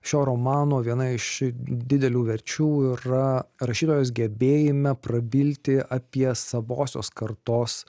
šio romano viena iš didelių verčių yra rašytojos gebėjime prabilti apie savosios kartos